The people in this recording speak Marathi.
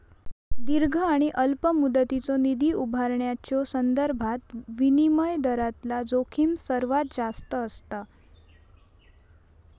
दीर्घ आणि अल्प मुदतीचो निधी उभारण्याच्यो संबंधात विनिमय दरातला जोखीम सर्वात जास्त असता